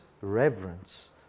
reverence